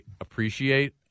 appreciate